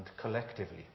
collectively